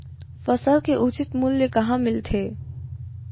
फसल के उचित मूल्य कहां मिलथे?